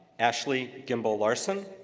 ashley gimball-larson,